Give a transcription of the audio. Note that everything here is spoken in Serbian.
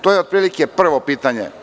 To je otprilike prvo pitanje.